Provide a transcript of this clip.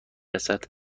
رسد